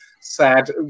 sad